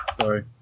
Sorry